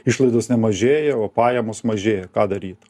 išlaidos nemažėja o pajamos mažėja ką daryti